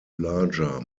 larger